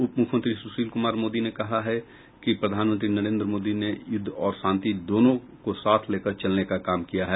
उप मुख्यमंत्री सुशील कुमार मोदी ने कहा है कि प्रधानमंत्री नरेंद्र मोदी ने युद्ध और शांति दोनों को साथ लेकर चलने का काम किया है